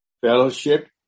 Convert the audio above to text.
fellowship